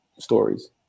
stories